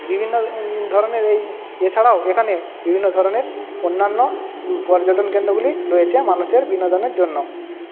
বিভিন্ন ধরণের এই এছাড়াও এখানে বিভিন্ন ধরণের অন্যান্য পর্যটন কেন্দ্রগুলি রয়েছে মানুষের বিনোদনের জন্য